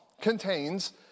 contains